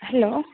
hello